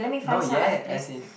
not yet as in